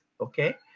okay